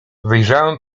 wyjrzałem